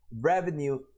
Revenue